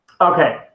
Okay